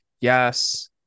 Yes